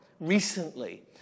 recently